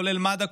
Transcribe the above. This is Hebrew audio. כולל מד"א,